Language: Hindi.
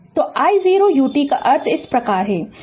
तो i0 ut का अर्थ इस प्रकार है